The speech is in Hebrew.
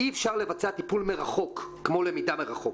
אי-אפשר לבצע טיפול מרחוק כמו למידה מרחוק.